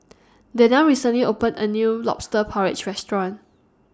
Daniele recently opened A New Lobster Porridge Restaurant